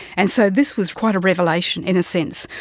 and so this was quite a revelation in a sense,